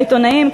העיתונאים,